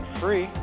free